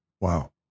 Wow